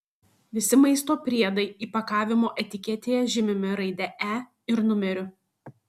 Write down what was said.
visi maisto priedai įpakavimo etiketėje žymimi raide e ir numeriu